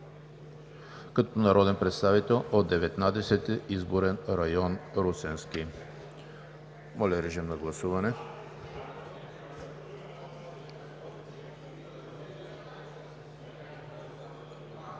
като народен представител от Деветнадесети изборен район – Русенски.“ Моля, режим на гласуване.